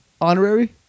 Honorary